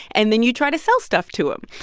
and then you try to sell stuff to them.